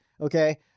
Okay